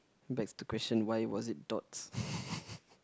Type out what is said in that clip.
begs the question why was it dots